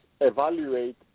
evaluate